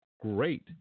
great